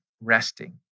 resting